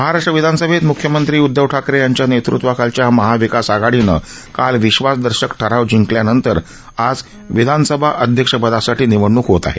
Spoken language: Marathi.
महाराष्टू विधानसभेत मुख्यमंत्री उद्धव ठाकरे यांच्या नेतृत्वाखालच्या महाविकास आघाडीनं काल विश्वासदर्शक ठराव जिंकल्यानंतर आज विधानसभा अध्यक्षपदासाठी निवडणूक होत आहे